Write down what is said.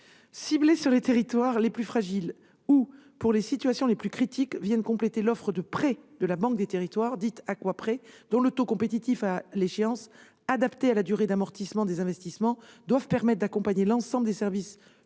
ciblées sur les territoires les plus fragiles ou sur les situations les plus critiques, viennent compléter l'offre de prêts de la Banque des territoires, dite Aqua Prêt, dont le taux compétitif et l'échéance, adaptée à la durée d'amortissement des investissements, devraient permettre d'accompagner l'ensemble des services publics